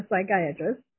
psychiatrist